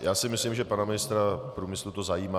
Já si myslím, že pana ministra průmyslu to zajímá.